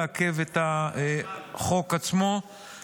הצענו להוסיף את שירות בית הסוהר לרשימת